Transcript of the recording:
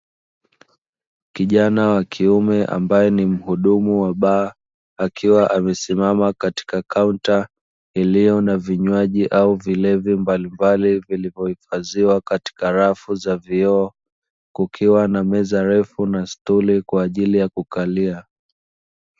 Kijana wa kiume ambae ni muhudumu wa baa akiwa amesimama katika kaunta iliyo na vinywaji au vilevi mbalimbali vilivyohifadhiwa katika rafu za vioo kukiwa na meza refu na stuli kwa ajili ya kukalia.